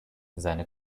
seine